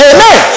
Amen